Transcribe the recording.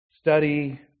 study